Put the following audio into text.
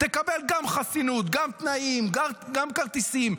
תקבל גם חסינות, גם תנאים, גם כרטיסים.